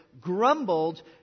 grumbled